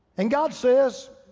and god says,